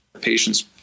patients